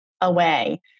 away